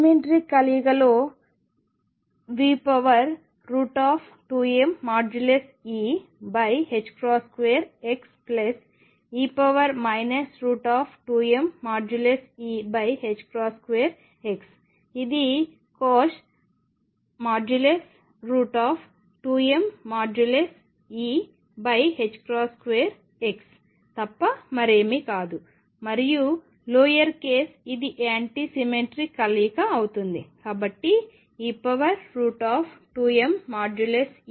symmetric కలయికలో e2mE2xe 2mE2x ఇది 2mE2x తప్ప మరేమీ కాదు మరియు లోయర్ కేస్ ఇది యాంటీ సిమెట్రిక్ కలయిక అవుతుంది